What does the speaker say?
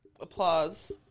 Applause